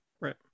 right